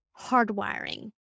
hardwiring